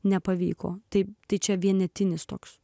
nepavyko taip tai čia vienetinis toks